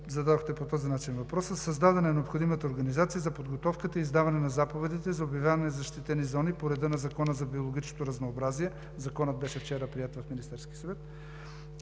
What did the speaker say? зададохте по този начин въпроса, създадена е необходимата организация за подготовката и издаване на заповедите за обявяване на защитени зони по реда на Закона за биологичното разнообразие. Законът беше приет вчера от Министерския съвет